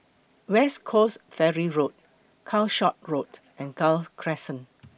West Coast Ferry Road Calshot Road and Gul Crescent